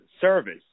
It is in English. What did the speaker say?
service